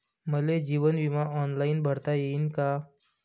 मले जीवन बिमा ऑनलाईन भरता येईन का?